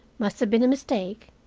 must have been a mistake,